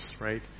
Right